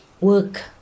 Work